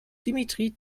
dimitri